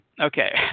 Okay